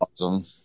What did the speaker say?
Awesome